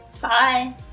Bye